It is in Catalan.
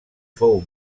fou